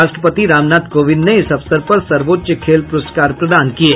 राष्ट्रपति रामनाथ कोविंद ने इस अवसर पर सर्वोच्च खेल पुरस्कार प्रदान किये